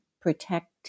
protect